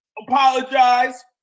apologize